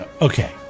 Okay